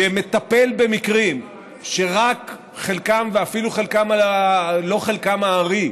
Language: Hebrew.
שמטפל במקרים שרק חלקם, ואפילו לא חלקם הארי,